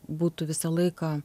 būtų visą laiką